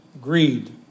greed